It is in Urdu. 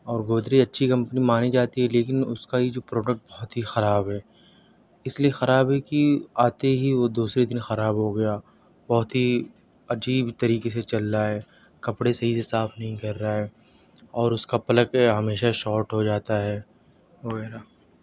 اور گودریج اچھی کمپنی مانی جاتی ہے لیکن اس کا یہ جو پروڈکٹ بہت ہی خراب ہے اس لیے خراب ہے کہ آتے ہی وہ دوسرے دن خراب ہو گیا بہت ہی عجیب طریقے سے چل رہا ہے کپڑے صحیح سے صاف نہیں کر رہا ہے اور اس کا پلگ ہمیشہ شاٹ ہو جاتا ہے وغیرہ